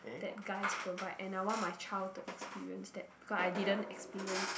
that guys provide and I want my child to experience that because I didn't experience that